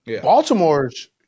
Baltimore's